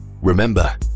Remember